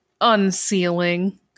unsealing